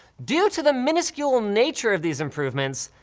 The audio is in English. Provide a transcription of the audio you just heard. due to the minuscule nature of these improvements,